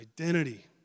identity